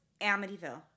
Amityville